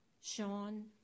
Sean